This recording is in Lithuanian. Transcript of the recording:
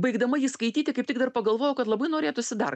baigdama jį skaityti kaip tik dar pagalvojau kad labai norėtųsi dar